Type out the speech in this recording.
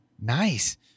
nice